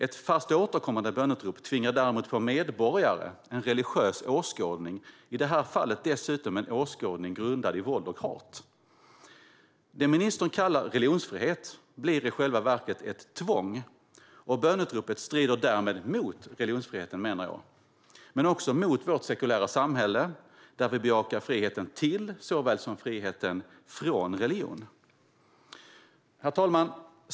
Ett fast, återkommande böneutrop tvingar däremot på medborgare en religiös åskådning - i det här fallet dessutom en åskådning grundad i våld och hat. Det ministern kallar religionsfrihet blir i själva verket ett tvång, och jag menar att böneutropet därmed strider mot religionsfriheten. Men det strider också mot vårt sekulära samhälle, där vi bejakar friheten till såväl som friheten från religion. Herr talman!